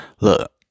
Look